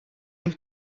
jim